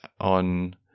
on